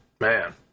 man